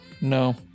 No